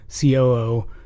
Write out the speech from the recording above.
COO